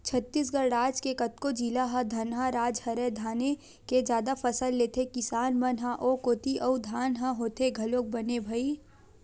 छत्तीसगढ़ राज के कतको जिला ह धनहा राज हरय धाने के जादा फसल लेथे किसान मन ह ओ कोती अउ धान ह होथे घलोक बने भई